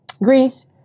Greece